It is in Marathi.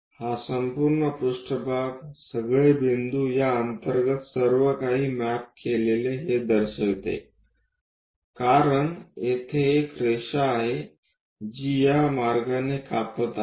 हे संपूर्ण पृष्ठभाग सगळे बिंदू या अंतर्गत सर्व काही मॅप केलेले हे दर्शविते कारण येथे एक रेषा आहे जी या मार्गाने कापत आहे